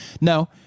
No